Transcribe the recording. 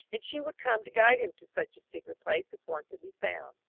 and she would come to guide him to such a secret place if one could be found.